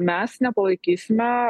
mes nepalaikysime